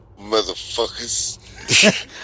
motherfuckers